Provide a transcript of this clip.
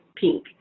pink